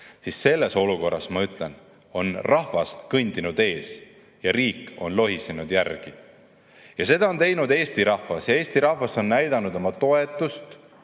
selles olukorras, ma ütlen, on rahvas kõndinud ees ja riik on lohisenud järel. Seda on teinud Eesti rahvas. Eesti rahvas on näidanud oma toetust